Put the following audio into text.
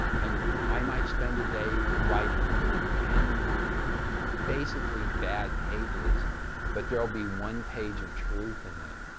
and i might spend a day writing ten basically bad pages but there will be one page of truth in it,